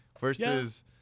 Versus